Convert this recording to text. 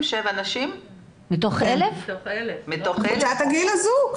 בקבוצת הגיל הזו.